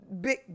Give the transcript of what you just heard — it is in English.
big